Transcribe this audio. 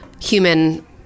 human